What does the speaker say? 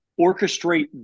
orchestrate